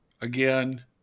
Again